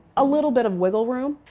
a little bit of wiggle room.